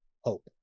Hope